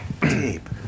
tape